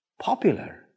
popular